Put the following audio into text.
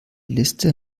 liste